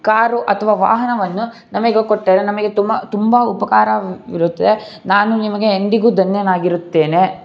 car ಅಥವಾ ವಾಹನವನ್ನು ನಮಗೆ ಕೊಟ್ಟರೆ ನಮಗೆ ತುಂಬ ತುಂಬ ಉಪಕಾರವಿರುತ್ತೆ ನಾನು ನಿಮಗೆ ಎಂದಿಗೂ ಧನ್ಯನಾಗಿರುತ್ತೇನೆ